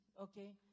okay